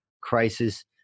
crisis